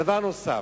דבר נוסף,